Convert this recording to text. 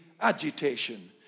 agitation